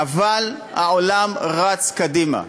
אבל העולם רץ קדימה.